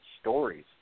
stories